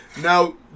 Now